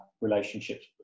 relationship's